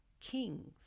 kings